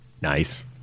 Nice